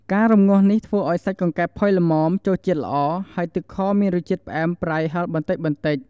ការរំងាស់នេះធ្វើឱ្យសាច់កង្កែបផុយល្មម ចូលជាតិល្អ ហើយទឹកខមានរសជាតិផ្អែម ប្រៃ ហឹរ បន្តិចៗ។